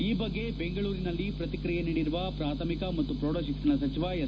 ಈ ಬಗ್ಗೆ ಬೆಂಗಳೂರಿನಲ್ಲಿ ಪ್ರಕ್ರಿಯೆ ನೀಡಿರುವ ಪ್ರಾಥಮಿಕ ಮತ್ತು ಪ್ರೌಢ ಶಿಕ್ಷಣ ಸಚಿವ ಎಸ್